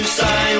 say